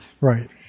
Right